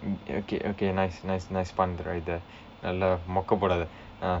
okay okay nice nice nice pun right there எல்லா மொக்க போடாத:ellaa mokka poodaatha ah